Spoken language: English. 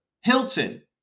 Hilton